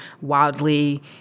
wildly